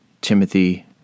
Timothy